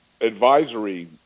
advisory